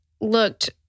looked